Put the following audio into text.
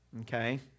Okay